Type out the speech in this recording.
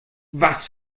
was